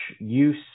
use